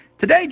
Today